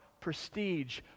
prestige